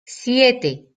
siete